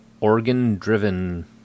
organ-driven